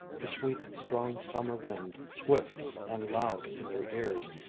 the sweet, strong summer wind swift and loud in their ears,